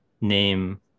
name